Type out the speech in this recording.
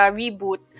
reboot